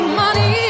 money